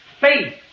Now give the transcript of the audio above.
faith